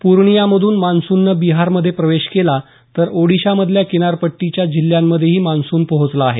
पूर्णियामधून मान्सूननं बिहारमध्ये प्रवेश केला तर ओडिशामधल्या किनारपट्टीच्या जिल्ह्यांमध्येही मान्सून पोहचला आहे